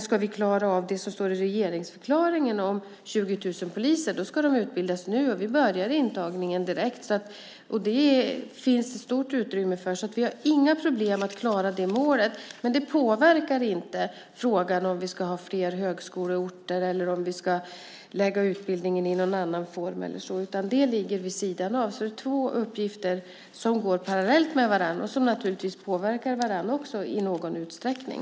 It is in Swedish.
Ska vi klara av det som står i regeringsförklaringen om 20 000 poliser ska de utbildas nu, och intagningarna börjar direkt. Det finns det stort utrymme för, så vi har inga problem att klara det målet. Men det påverkar inte frågan om ifall vi ska ha fler högskoleorter eller om utbildningen ska bedrivas i någon annan form. Det ligger vid sidan av, så det är två uppgifter som går parallellt med varandra och som naturligtvis också påverkar varandra i någon utsträckning.